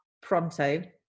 pronto